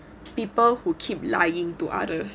people who keep lying to others